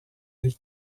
des